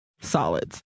solids